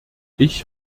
ich